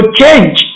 change